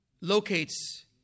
locates